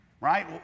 right